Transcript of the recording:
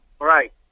Right